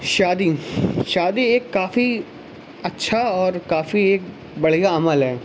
شادی شادی ایک کافی اچھا اور کافی ایک بڑھیا عمل ہے